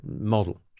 model